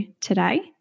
today